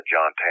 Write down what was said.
John